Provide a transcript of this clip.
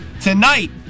Tonight